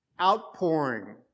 outpouring